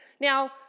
Now